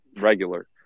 regular